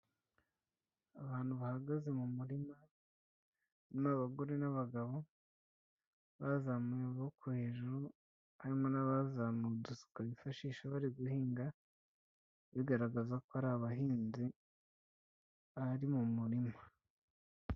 Abantu bahagaze mu murima, ni abagore n'abagabo bazamuye amaboko hejuru, harimo n'abazamuye udusuka bifashisha bari guhinga, bigaragaza ko ari abahinzi, bari mu murima.